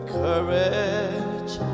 courage